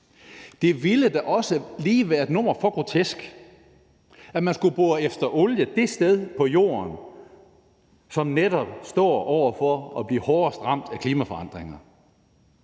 Det ville da også lige være et nummer for grotesk, at man skulle bore efter olie det sted på Jorden, som netop står over for at blive hårdest ramt af klimaforandringer,